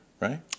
right